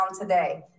today